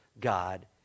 God